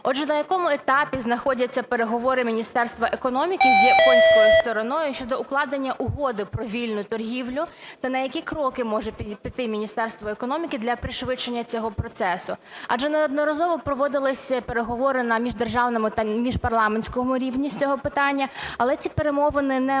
Отже, на якому етапі знаходяться переговори Міністерства економіки з японською стороною щодо укладення угоди про вільну торгівлю та на які кроки може піти Міністерство економіки для пришвидшення цього процесу? Адже неодноразово проводилися переговори на міждержавному та міжпарламентському рівні з цього питання, але ці перемовини не мають